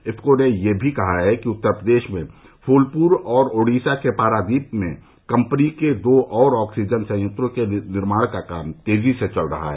इफ्को ने यह भी कहा है कि उत्तर प्रदेश में फूलपुर और ओडिशा के पारादीप में कम्पनी के दो और ऑक्सीजन संयंत्रों के निर्माण का काम तेजी से चल रहा है